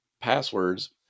passwords